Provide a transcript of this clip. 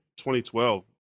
2012